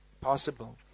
possible